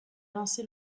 lancé